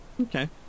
Okay